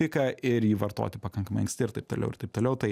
piką ir jį vartoti pakankamai anksti ir taip toliau ir taip toliau tai